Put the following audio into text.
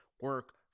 Work